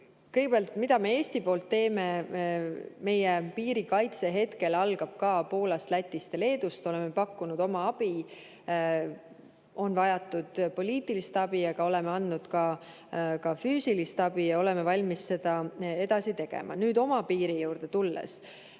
Liitu. Kõigepealt, mida me Eesti poolt teeme? Meie piiri kaitse hetkel algab ka Poolast, Lätist ja Leedust. Me oleme pakkunud oma abi. On vajatud poliitilist abi, aga oleme andnud ka füüsilist abi ja oleme valmis seda ka edaspidi tegema. Kui oma piiri juurde tulla,